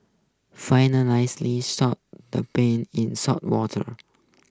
finalisly soak the peels in salted water